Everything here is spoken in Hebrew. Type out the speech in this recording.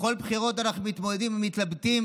בכל בחירות אנחנו מתמודדים ומתלבטים,